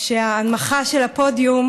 שההנמכה של הפודיום